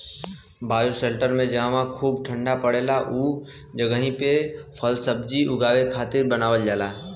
bioshelter में जहवा खूब ठण्डा पड़ेला उ जगही पे फलसब्जी उगावे खातिर बनावल जाला